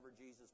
Jesus